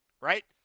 Right